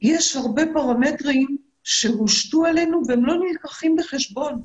יש הרבה פרמטרים שהושתו עלינו והם לא נלקחים בחשבון,